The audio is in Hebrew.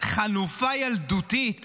חנופה ילדותית